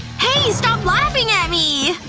hey, stop laughing at me!